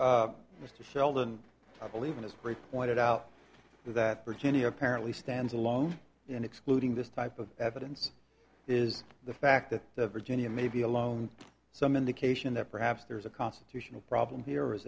field and i believe it is very pointed out that brittany apparently stands alone and excluding this type of evidence is the fact that the virginia may be alone some indication that perhaps there is a constitutional problem here or is